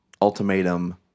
Ultimatum